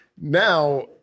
now